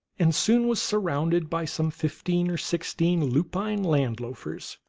and soon was surrounded by some fifteen or sixteen lupine land-loafers,